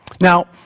Now